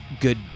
good